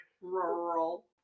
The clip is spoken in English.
rural